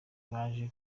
baje